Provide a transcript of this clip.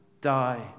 die